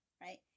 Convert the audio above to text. right